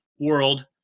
World